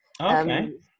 Okay